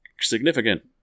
significant